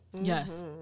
Yes